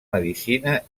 medicina